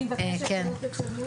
אני מבקשת שלא תצלמו אותו.